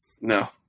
No